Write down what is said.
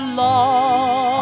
love